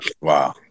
wow